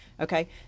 Okay